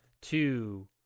two